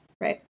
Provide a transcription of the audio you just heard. right